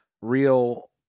real